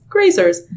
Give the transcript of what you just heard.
grazers